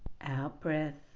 Out-breath